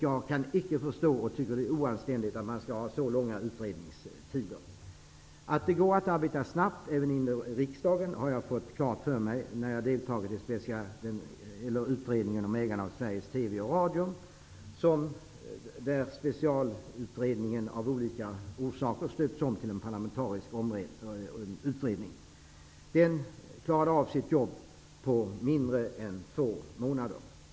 Jag kan icke förstå och tycker att det är oanständigt att man skall ha så långa utredningstider. Att det går att arbeta snabbt även i riksdagen har jag fått klart för mig när jag deltagit i utredningen om ägande av Sveriges TV och radio. Specialutredningen stöptes av olika orsaker om till en parlamentarisk utredning. Den klarade av sitt jobb på mindre än två månader.